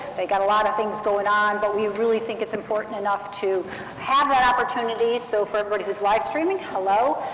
they got a lot of things going on, but we really think it's important enough to have that opportunity. so for everybody who's live-streaming, hello.